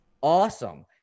awesome